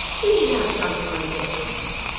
he'll have something when he gets home.